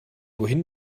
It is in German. wohin